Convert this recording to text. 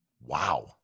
Wow